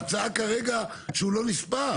ההצעה כרגע, שהוא לא נספר.